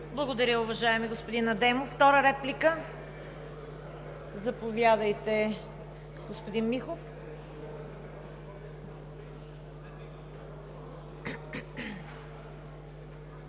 Благодаря Ви, уважаеми господин Адемов. Втора реплика? Заповядайте, господин Михов.